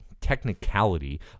technicality